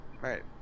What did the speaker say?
Right